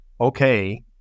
okay